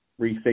rethink